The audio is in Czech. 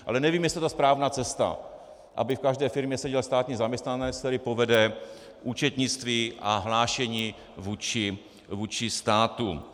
Ale nevím, jestli je to ta správná cesta, aby v každé firmě seděl státní zaměstnanec, který povede účetnictví a hlášení vůči státu.